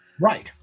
Right